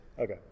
Okay